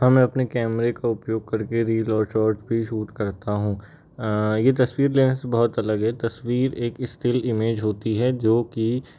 हमें अपने कैमरे का उपयोग करके रील और शॉट भी सूट करता हूँ यह तस्वीर लेने से बहुत अलग है तस्वीर एक स्टील इमेज होती है जो कि